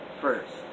first